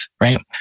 right